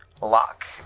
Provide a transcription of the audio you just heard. lock